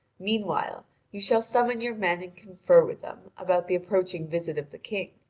meanwhile you shall summon your men and confer with them about the approaching visit of the king.